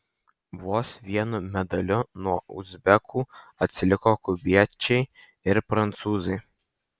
vos vienu medaliu nuo uzbekų atsiliko kubiečiai ir prancūzai